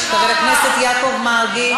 ראש הממשלה שלך.